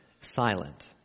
silent